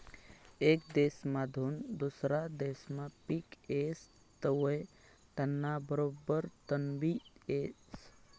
येक देसमाधून दुसरा देसमा पिक येस तवंय त्याना बरोबर तणबी येस